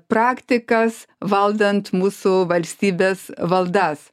praktikas valdant mūsų valstybės valdas